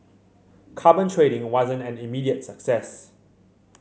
carbon trading wasn't an immediate success